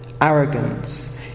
Arrogance